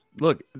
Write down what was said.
Look